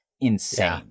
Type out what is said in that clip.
insane